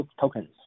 tokens